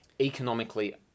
economically